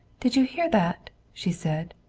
did you hear that? she said.